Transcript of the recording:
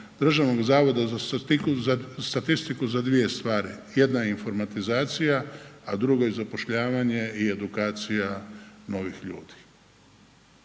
Državnog zavoda za statistiku za dvije stvari, jedna je informatizacija, a druga je zapošljavanje i edukacija novih ljudi